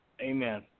amen